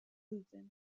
duten